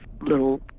little